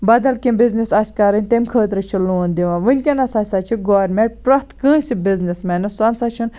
بَدل کینٛہہ بِزنٮ۪س آسہِ کَرٕنۍ تمہِ خٲطرٕ چھِ لون دِوان وِنکیٚنَس ہَسا چھِ گورمنٹ پرٮ۪تھ کٲنٛسہِ بِزنٮ۪س مینَس سُہ نَسا چھُنہٕ